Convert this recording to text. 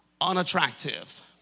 unattractive